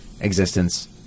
existence